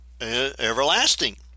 everlasting